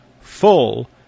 full